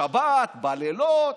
בשבת, בלילות,